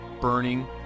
burning